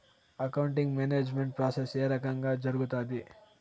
accounting management process ఏ రకంగా జరుగుతాది